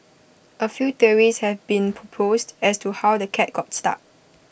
A few theories have been proposed as to how the cat got stuck